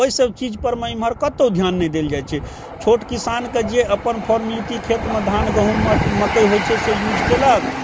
ओइसब चीजपर मे एमहर कतौ ध्यान नहि देल जाइ छै छोट किसानके जे अपन फोर्मलैटी खेतमे धान गहुम मकइ होइ छै से यूज कयलक